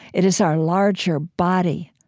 it is our larger body.